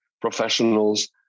professionals